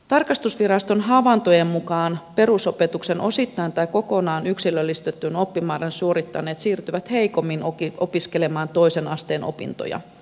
tarkastusviraston havaintojen mukaan perusopetuksen osittain tai kokonaan yksilöllistetyn oppimäärän suorittaneet siirtyvät heikommin opiskelemaan toisen asteen opintoja